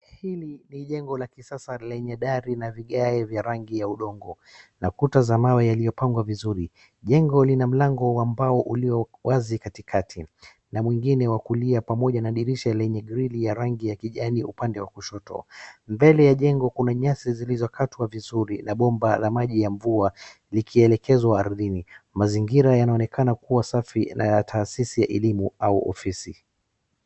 Hili ni jengo la kisasa lenye dari na vigae vya rangi ya udongo na kuta za mawe yaliyopangwa vizuri. Jengo lina mlango wa mbao ulio wazi katikati na mwingine wa kulia pamoja na dirisha lenye drill ya rangi ya kijani upande wa kushoto. Mbele ya jengo kuna nyasi zilizokatwa vizuri na bomba la maji ya mvua likielekezwa ardhini. Mazingira yanaonekana kuwa safi na ya taasisi ya elimu au ofisi.